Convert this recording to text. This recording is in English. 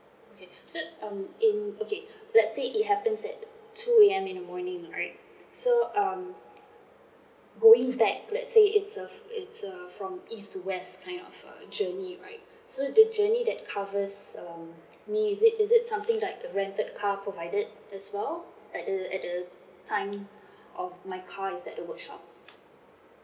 okay so um in okay let's say it happens at two A_M in the morning right so um going back let say it's uh it's uh from east to west kind of uh journey right so the journey that covers um me is it is it something like a rented car provided as well at the at the time of my car is at the workshop